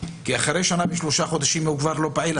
כי אחרי שנה ושלושה חודשים הוא כבר לא פעיל,